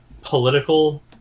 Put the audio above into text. political